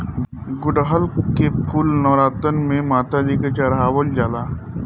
गुड़हल के फूल नवरातन में माता जी के चढ़ावल जाला